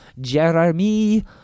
jeremy